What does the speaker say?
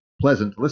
pleasant